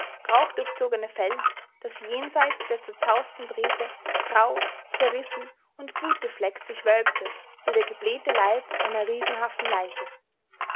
rauchdurchzogene feld das jenseits der zerzausten drähte grau zerrissen und blutbefleckt sich wölbte wie der geblähte leib einer riesenhaften leiche